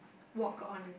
walk on